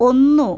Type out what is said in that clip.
ഒന്നു